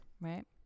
right